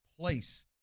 place